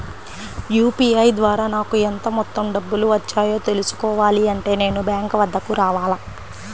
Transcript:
UPI ద్వారా నాకు ఎంత మొత్తం డబ్బులు వచ్చాయో తెలుసుకోవాలి అంటే నేను బ్యాంక్ వద్దకు రావాలా?